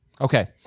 Okay